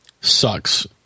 sucks